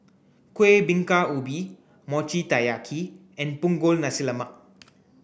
Kueh Bingka Ubi Mochi Taiyaki and Punggol Nasi Lemak